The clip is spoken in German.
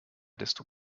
desto